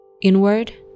inward